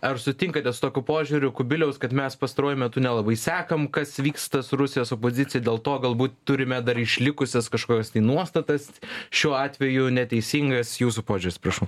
ar sutinkate su tokiu požiūriu kubiliaus kad mes pastaruoju metu nelabai sekam kas vyksta su rusijos opozicija dėl to galbūt turim dar išlikusias kažkokias nuostatas šiuo atveju neteisingas jūsų požiūris prašau